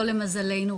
או שלא למזלנו,